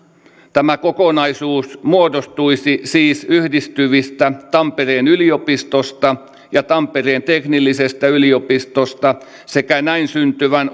tämä kokonaisuus muodostuisi siis yhdistyvistä tampereen yliopistosta ja tampereen teknillisestä yliopistosta sekä näin syntyvän